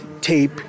tape